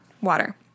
water